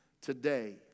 today